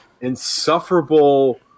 insufferable